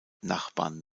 nachbarn